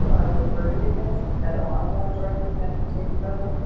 i prefer to do things that are more directly connected to experiments.